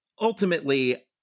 ultimately